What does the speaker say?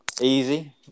Easy